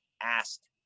asked